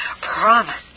promised